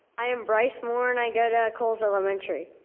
i am bryce moore and i go to coles elementary.